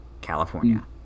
California